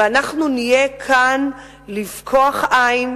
ואנחנו נהיה כאן לפקוח עין,